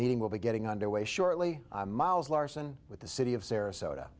meeting will be getting underway shortly miles larson with the city of sarasota